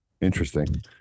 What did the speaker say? Interesting